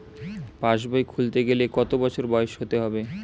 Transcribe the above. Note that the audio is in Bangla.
পাশবই খুলতে গেলে কত বছর বয়স হতে হবে?